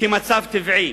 כמצב טבעי.